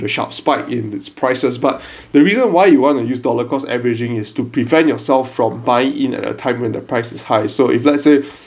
the sharp spike in its prices but the reason why you want to use dollar-cost averaging is to prevent yourself from buying in at a time when the price is high so if let's say